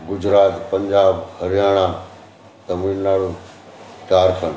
Gujarat Punjab Haryana Tamil Nadu Jharkhand